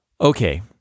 Okay